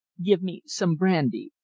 give me some brandy!